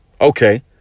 Okay